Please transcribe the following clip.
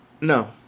no